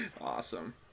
Awesome